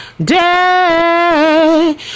Day